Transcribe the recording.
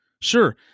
Sure